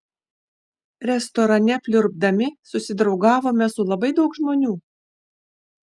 restorane pliurpdami susidraugavome su labai daug žmonių